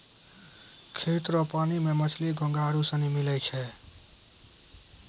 खेत रो पानी मे मछली, घोंघा आरु सनी मिलै छै